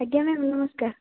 ଆଜ୍ଞା ମ୍ୟାମ୍ ନମସ୍କାର